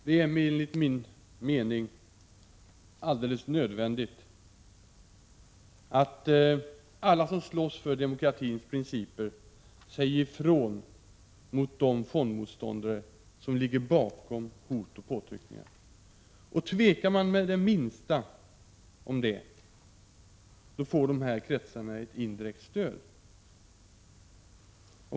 Herr talman! Det är enligt min mening alldeles nödvändigt att alla som slåss för demokratins principer säger ifrån till de fondmotståndare som ligger bakom hot och påtryckningar. Tvekar man det minsta i fråga om detta får de kretsarna ett indirekt stöd.